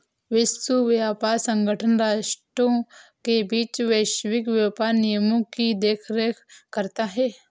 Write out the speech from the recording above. विश्व व्यापार संगठन राष्ट्रों के बीच वैश्विक व्यापार नियमों की देखरेख करता है